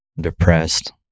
depressed